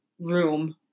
room